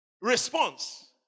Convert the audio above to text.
response